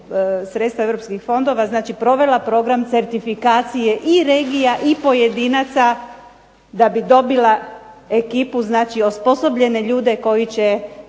sredstva europskih fondova provela program certifikacije i regija i pojedinaca da bi dobila ekipu. Znači, osposobljene ljude koji će